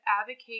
advocate